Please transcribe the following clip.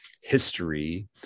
history